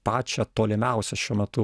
pačią tolimiausią šiuo metu